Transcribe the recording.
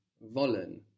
wollen